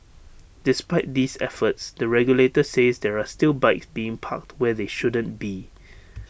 despite these efforts the regulator says there are still bikes being parked where they shouldn't be